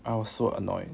I was so annoyed